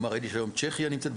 למשל ראיתי שהיום צ'כיה נמצאת,